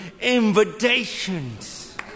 invitations